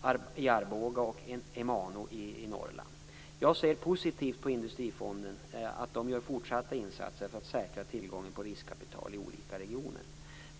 AB i Arboga och Emano AB i Norrland. Jag ser positivt på att Industrifonden gör fortsatta insatser för att säkra tillgången på riskkapital i olika regioner.